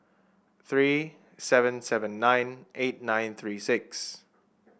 three seven seven nine eight nine six three